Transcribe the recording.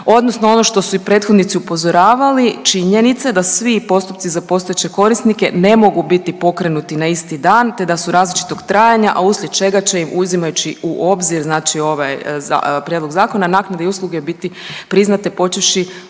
odnosno ono što su i prethodnici upozoravali, činjenica da svi postupci za postojeće korisnike ne mogu biti pokrenuti na isti dan, te da su različitog trajanja, a uslijed čega će im uzimajući u obzir, znači ovaj prijedlog zakona naknade i usluge biti priznate počevši